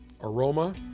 aroma